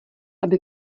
aby